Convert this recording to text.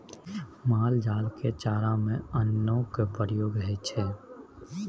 माल जाल के चारा में अन्नो के प्रयोग होइ छइ